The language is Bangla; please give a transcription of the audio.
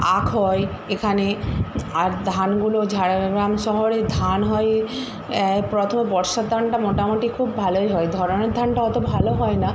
আখ হয় এখানে আর ধানগুলো ঝাড়গ্রাম শহরে ধান হয় প্রথমে বর্ষার ধানটা মোটামুটি খুব ভালোই হয় ধরানোর ধানটা অত ভালো হয় না